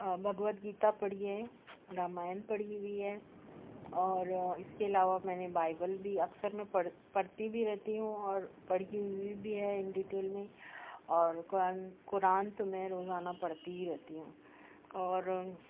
بھگوت گیتا پڑھی ہے رامائن پڑھی ہوئی ہے اور اس کے علاوہ میں نے بائبل بھی اکثر میں پڑ پڑھتی بھی رہتی ہوں اور پڑھی ہوئی بھی ہے ان ڈیٹیل میں اور قرآن قرآن تو میں روزانہ پڑھتی ہی رہتی ہوں اور